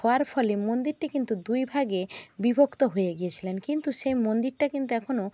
হওয়ার ফলে মন্দিরটি কিন্তু দুই ভাগে বিভক্ত হয়ে গিয়েছিলেন কিন্তু সেই মন্দিরটা কিন্তু এখনো